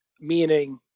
meaning